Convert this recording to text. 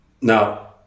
Now